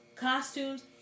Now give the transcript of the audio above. costumes